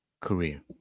career